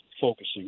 focusing